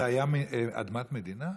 זאת הייתה אדמת מדינה?